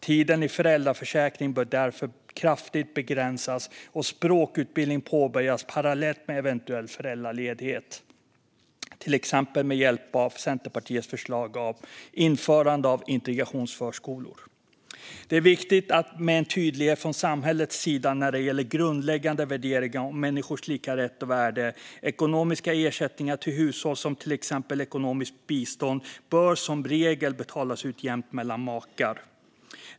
Tiden i föräldraförsäkring bör därför kraftigt begränsas och språkutbildning påbörjas parallellt med eventuell föräldraledighet, till exempel med hjälp av Centerpartiets förslag om införande av integrationsförskolor. Det är viktigt med en tydlighet från samhällets sida när det gäller grundläggande värderingar om människors lika rätt och värde. Ekonomiska ersättningar till hushåll, till exempel ekonomiskt bistånd, bör som regel betalas ut jämnt mellan makar.